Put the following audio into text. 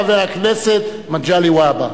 חבר הכנסת מגלי והבה.